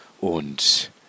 Und